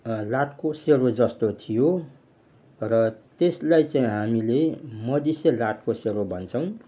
लाटोकसेरो जस्तो थियो र त्यसलाई चाहिँ हामीले मधिसे लाटोकोसेरो भन्छौँ